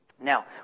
Now